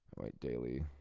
what daily,